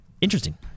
interesting